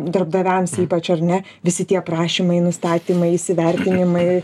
darbdaviams ypač ar ne visi tie prašymai nustatymai įsivertinimai